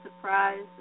surprise